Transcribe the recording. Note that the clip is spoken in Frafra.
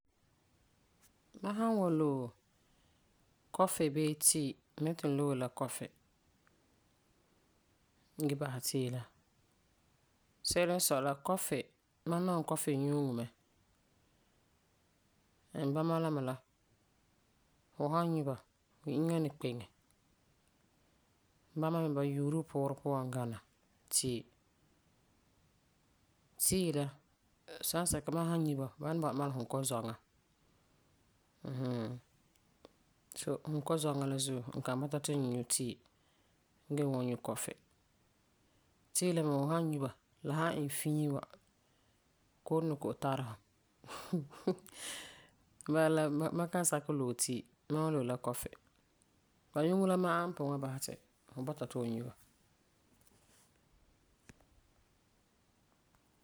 Mam san wan loe coffee bii yea, mam wan loe la coffee ge basɛ tea la. Se'ere n sɔi la mam nɔŋɛ coffee nyuŋo mɛ. And bama la me la fu san nyu ba fu inŋa n ni kpeŋe. Bama me ba yuuri fu puurɛ puan gana tea. Tea la sansɛka ma san nyu ba ni bɔ'ɔra mam la kunkozɔŋa mm hmm. So kunkozɔŋa la zuo n kan bɔta ti n wan nyu tea ge wan nyu coffee. Tea la me fu san nyu ba la san iŋe fiin wa, kom n ni kɔ'ɔm tara fu. bala la ma kan sakɛ loe tea ma wan loe coffee. Ba nyuuŋo la ma'a n pugum wan basɛ ti fu bɔta fu nyu ba.